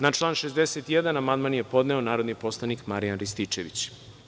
Na član 61. amandman je podneo narodni poslanik Marijan Rističević.